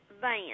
van